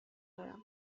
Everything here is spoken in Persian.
دارم